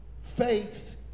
faith